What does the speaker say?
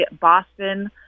Boston